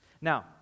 Now